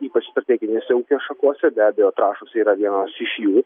ypač strateginėse ūkio šakose be abejo trąšos yra vienos iš jų